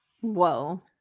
Whoa